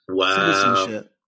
citizenship